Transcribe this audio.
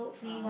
uh